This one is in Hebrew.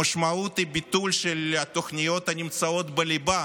המשמעות היא ביטול של התוכניות הנמצאות בליבה